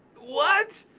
what?